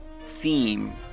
theme